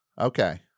Okay